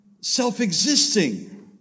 self-existing